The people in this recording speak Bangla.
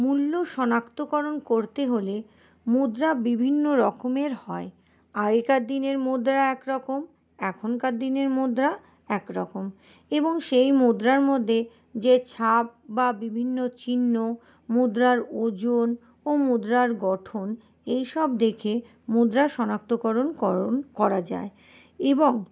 মূল্য শনাক্তকরণ করতে হলে মুদ্রা বিভিন্ন রকমের হয় আগেকার দিনের মুদ্রা এক রকম এখনকার দিনের মুদ্রা এক রকম এবং সেই মুদ্রার মধ্যে যে ছাপ বা বিভিন্ন চিহ্ন মুদ্রার ওজন ও মুদ্রার গঠন এই সব দেখে মুদ্রা শনাক্তকরণ করণ করা যায় এবং স